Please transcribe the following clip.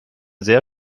sehr